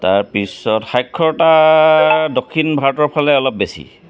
তাৰপিছত সাক্ষৰতা দক্ষিণ ভাৰতৰ ফালে অলপ বেছি